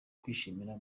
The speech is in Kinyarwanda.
kwinjira